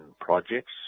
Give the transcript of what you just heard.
projects